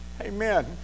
amen